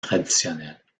traditionnelles